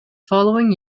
following